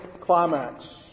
climax